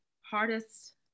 hardest